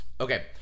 Okay